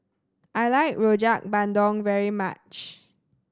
I like Rojak Bandung very much